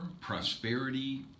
Prosperity